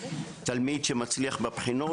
תלמיד שמצליח בבחינות,